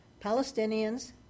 Palestinians